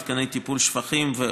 מתקני טיפול שפכים ועוד,